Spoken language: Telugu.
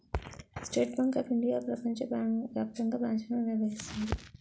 స్టేట్ బ్యాంక్ ఆఫ్ ఇండియా ప్రపంచ వ్యాప్తంగా బ్రాంచ్లను నిర్వహిస్తుంది